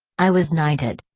i was knighted.